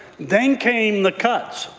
then came the cuts.